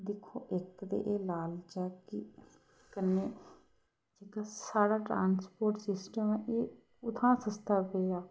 दिक्खो इक ते एह् लालच ऐ कि कन्नै जित्थे साढ़ा ट्रांसपोर्ट सिस्टम ऐ कुत्थां सस्ता केह् ऐ